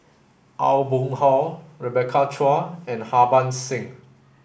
Aw Boon Haw Rebecca Chua and Harbans Singh